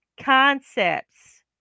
concepts